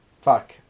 fuck